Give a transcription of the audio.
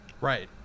right